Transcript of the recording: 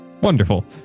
wonderful